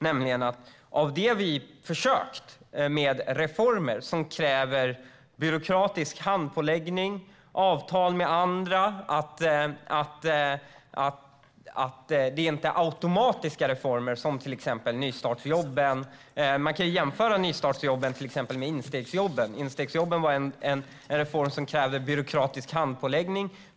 Vi har försökt med reformer som kräver byråkratisk handpåläggning, avtal med andra, reformer som inte är automatiska, till exempel instegsjobben. Man kan jämföra nystartsjobben med instegsjobben. Instegsjobben var en reform som krävde byråkratisk handpåläggning.